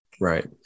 Right